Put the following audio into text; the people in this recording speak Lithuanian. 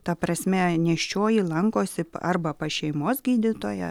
ta prasme nėščioji lankosi arba pas šeimos gydytoją